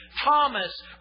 Thomas